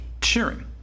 cheering